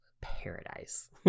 paradise